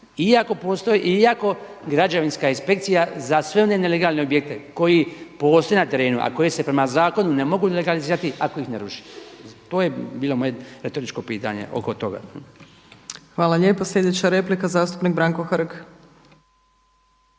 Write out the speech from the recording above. Iako građevinska inspekcija za sve one nelegalne objekte koji postoje na terenu a koje se prema zakonu ne mogu legalizirati ako ih ne ruši. To je bilo moje retoričko pitanje oko toga. **Opačić, Milanka (SDP)** Hvala lijepo. Sljedeća replika Branko Hrg.